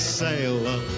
sailor